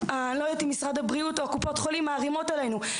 משרד הבריאות וקופות החולים מערימים עלינו עם התרופות.